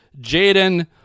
Jaden